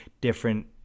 different